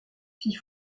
fit